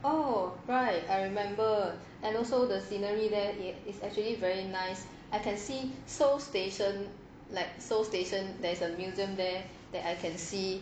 oh right I remember and also the scenery there it is actually very nice I can see seoul station like seoul station there is a museum there that I can see